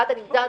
הכרעת הדין,